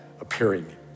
appearing